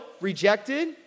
rejected